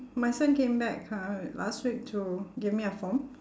my son came back uh last week to give me a form